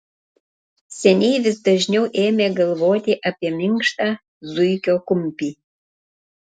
seniai vis dažniau ėmė galvoti apie minkštą zuikio kumpį